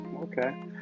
okay